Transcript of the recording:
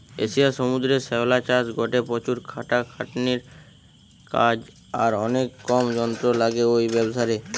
এশিয়ার সমুদ্রের শ্যাওলা চাষ গটে প্রচুর খাটাখাটনির কাজ আর অনেক কম যন্ত্র লাগে ঔ ব্যাবসারে